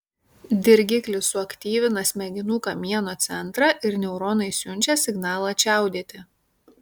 dirgiklis suaktyvina smegenų kamieno centrą ir neuronai siunčia signalą čiaudėti